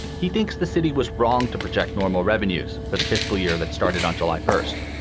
he thinks the city was wrong to protect normal revenues for the fiscal year that started on july first.